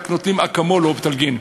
רק נותנים אקמול או אופטלגין.